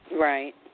Right